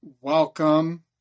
welcome